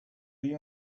you